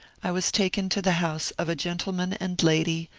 i was taken to the house of a gentleman and lady,